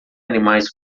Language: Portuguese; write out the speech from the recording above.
animais